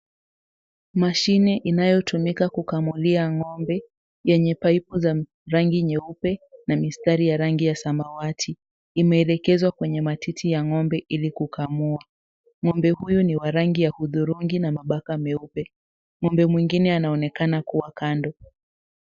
Mashine inayotumika kukamulia ng'ombe yenye paipu za rangi nyeupe na mistari ya samawati. Imeelekezwa kwenye matiti ya ng'ombe ili kukamua. Ng'ombe huyu ni wa rangi ya hudhurungi na mabapa meupe. Ng'ombe mwingine anaonekana kuwa kando.